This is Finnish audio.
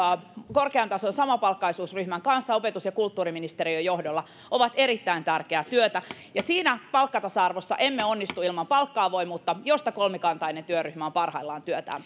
korkean tason samapalkkaisuusryhmän kanssa opetus ja kulttuuriministeriön johdolla ovat erittäin tärkeää työtä ja siinä palkkatasa arvossa emme onnistu ilman palkka avoimuutta josta kolmikantainen työryhmä on parhaillaan työtään